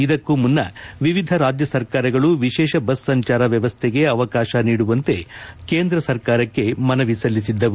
ಇದಕ್ಕೂ ಮುನ್ನ ವಿವಿಧ ರಾಜ್ಯ ಸರ್ಕಾರಗಳು ವಿಶೇಷ ಬಸ್ ಸಂಚಾರ ವ್ವವಸ್ಥೆಗೆ ಅವಕಾಶ ನೀಡುವಂತೆ ಕೇಂದ್ರ ಸರ್ಕಾರಕ್ಕೆ ಮನವಿ ಸಲ್ಲಿಸಿದ್ದವು